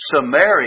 Samaria